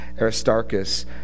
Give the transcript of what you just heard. Aristarchus